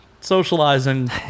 socializing